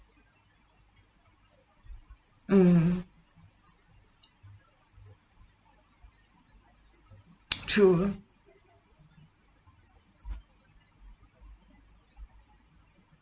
mm true